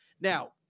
Now